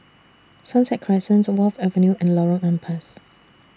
Sunset Crescent Wharf Avenue and Lorong Ampas